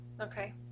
okay